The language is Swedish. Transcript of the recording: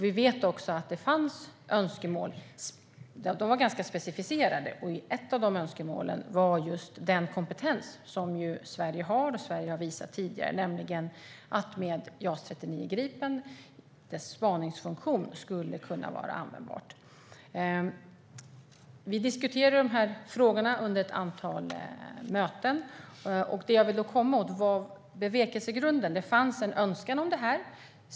Vi vet också att det fanns önskemål som var ganska specificerade. Ett av önskemålen gällde just den kompetens som Sverige har och har visat tidigare, nämligen att spaningsfunktionen med JAS 39 Gripen skulle kunna vara användbar. Vi diskuterade de här frågorna under ett antal möten. Jag vill komma åt bevekelsegrunden. Det fanns en önskan om detta.